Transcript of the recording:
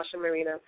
Marina